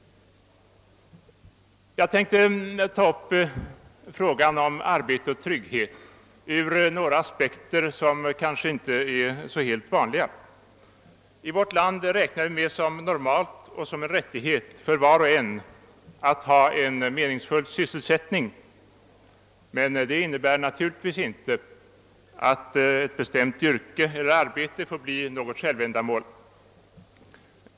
Jag tänkte ta upp frågan om arbete och trygghet ur några aspekter som kanske inte är så vanliga. I vårt land räknar vi med som normalt och som en rättighet för var och en att ha en meningsfull sysselsättning. Men det innebär naturligtvis inte att ett visst bestämt yrke eller arbete får bli något självändamål.